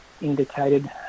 indicated